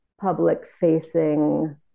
public-facing